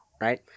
right